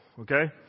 Okay